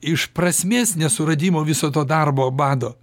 iš prasmės nesuradimo viso to darbo bado